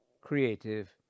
creative